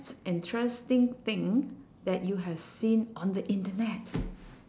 interesting thing that you have seen on the internet